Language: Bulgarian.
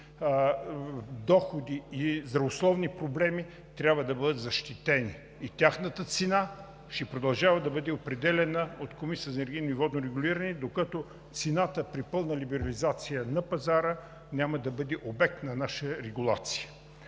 доходи и здравословни проблеми, трябва да бъдат защитени. Тяхната цена ще продължава да бъде определяна от Комисията за енергийно и водно регулиране, докато цената при пълна либерализация на пазара няма да бъде обект на наша регулация.